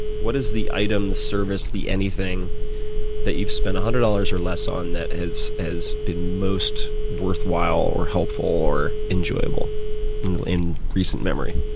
what is the item, the service, the anything that you've spend one hundred dollars or less on that has has been most worthwhile or helpful or enjoyable in recent memory?